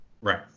Right